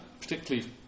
particularly